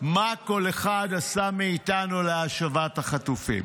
מה כל אחד מאיתנו עשה להשבת החטופים.